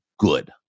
good